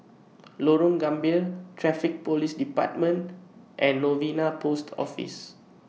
Lorong Gambir Traffic Police department and Novena Post Office